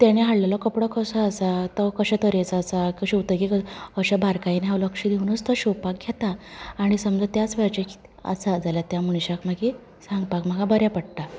तेणे हाडलेलो कपडो कसो आसा तो कशें तरेचो आसा शिंवतगेर अशे बारकायेन हांव लक्ष दिवनच तो शिंवपाक घेता आनी समजा त्याच वेळाचेर कितें आसा जाल्यार त्या मनशाक मागीर सांगपाक म्हाका बरें पडटा